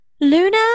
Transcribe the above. Luna